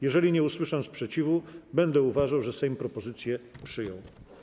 Jeżeli nie usłyszę sprzeciwu, będę uważał, że Sejm propozycję przyjął.